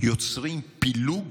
יוצרים פילוג,